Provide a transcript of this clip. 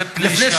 זו פלישה.